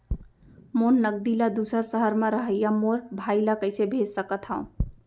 मोर नगदी ला दूसर सहर म रहइया मोर भाई ला कइसे भेज सकत हव?